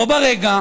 בו ברגע,